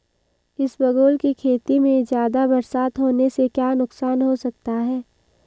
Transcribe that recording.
इसबगोल की खेती में ज़्यादा बरसात होने से क्या नुकसान हो सकता है?